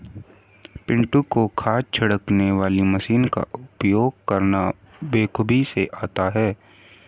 पिंटू को खाद छिड़कने वाली मशीन का उपयोग करना बेखूबी से आता है